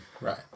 Right